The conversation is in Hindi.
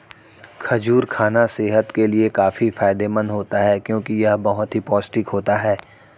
खजूर खाना सेहत के लिए काफी फायदेमंद होता है क्योंकि यह बहुत ही पौष्टिक होता है